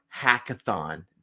hackathon